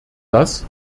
das